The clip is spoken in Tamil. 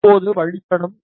இப்போது வழித்தடம் 17